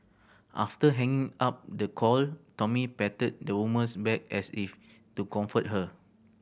after hanging up the call Tommy patted the woman's back as if to comfort her